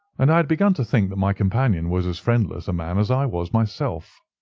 and i had begun to think that my companion was as friendless a man as i was myself.